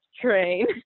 train